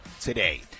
today